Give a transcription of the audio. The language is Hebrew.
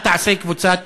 מה תעשה קבוצת